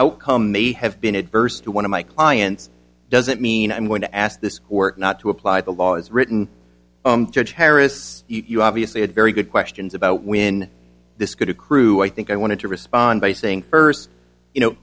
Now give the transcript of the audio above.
outcome may have been adverse to one of my clients doesn't mean i'm going to ask this court not to apply the law as written judge harris you obviously have very good questions about when this could accrue i think i wanted to respond by saying first you know